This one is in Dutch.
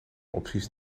opties